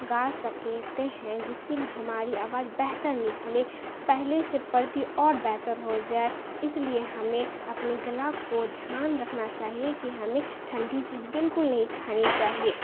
گا سکتے ہیں جس سے ہماری آواز بہتر نکلے پہلے سے پڑتی اور بہتر ہو جائے اس لیے ہمیں اپنی گلا کو دھیان رکھنا چاہیے کہ ہمیں ٹھنڈی چیز بالکل نہیں کھانی چاہیے